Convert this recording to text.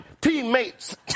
teammates